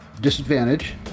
disadvantage